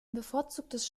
bevorzugtes